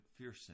McPherson